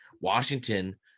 Washington